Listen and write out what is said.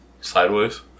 Sideways